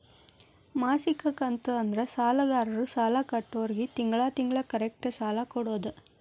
ಮಾಸಿಕ ಕಂತು ಅಂದ್ರ ಸಾಲಗಾರರು ಸಾಲ ಕೊಟ್ಟೋರ್ಗಿ ತಿಂಗಳ ತಿಂಗಳ ಕರೆಕ್ಟ್ ಸಾಲ ಕೊಡೋದ್